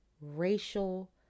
racial